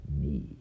me